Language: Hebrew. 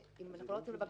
אם אנחנו לא רוצים לבקשה,